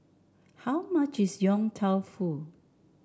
how much is Yong Tau Foo